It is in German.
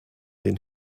den